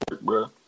bro